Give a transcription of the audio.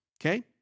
okay